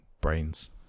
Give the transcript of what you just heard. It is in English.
brains